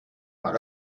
maar